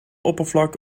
oppervlak